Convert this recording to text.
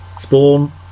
Spawn